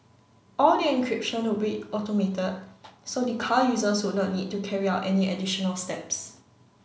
all the encryption would be automated so the car users would not need to carry out any additional steps